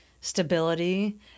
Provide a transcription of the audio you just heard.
stability